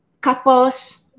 couples